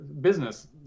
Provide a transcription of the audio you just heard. business